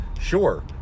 sure